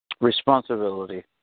Responsibility